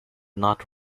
not